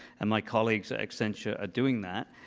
and my colleagues at accenture are doing that.